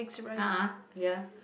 a'ah ya